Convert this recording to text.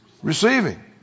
Receiving